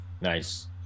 nice